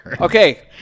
Okay